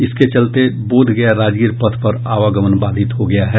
इसके चलते बोधगया राजगीर पथ पर आवागमन बाधित हो गया है